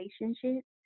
relationships